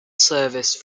serviced